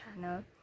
channel